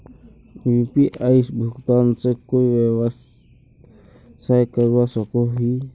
UPI भुगतान से कोई व्यवसाय करवा सकोहो ही?